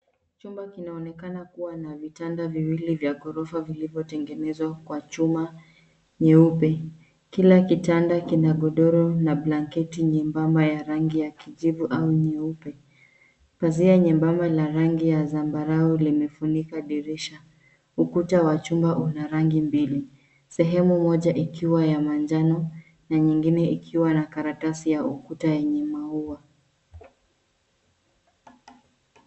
Chumba kinaonekana kuwa na vitanda viwili vya gorofa vilivyo tengenezwa kwa chuma nyeupe. Kila kitanda kina godoro na blanketi nyembamba ya rangi ya kijivu au nyeupe. Pazia nyembamba la rangi ya zambarau limefunika dirisha. Ukuta wa chumba una rangi mbili, sehemu moja ikiwa ya manjano na nyingine ikiwa na karatasi ya ukuta yenye maua.